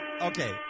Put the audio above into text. Okay